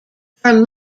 from